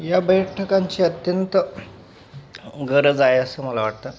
या बैठकांची अत्यंत गरज आहे असं मला वाटतं